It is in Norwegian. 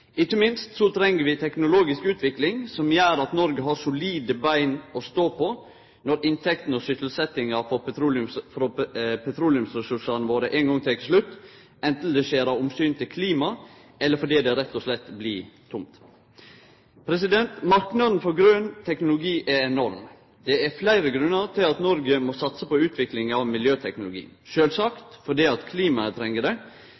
Ikkje minst treng vi teknologisk utvikling som gjer at Noreg har solide bein å stå på når inntektene og sysselsetjinga frå petroleumsressursane våre ein gong tek slutt – anten det skjer av omsyn til klimaet, eller fordi det rett og slett blir tomt. Marknaden for grøn teknologi er enorm. Det er fleire grunnar til at Noreg må satse på utvikling av miljøteknologi: sjølvsagt fordi klimaet treng det,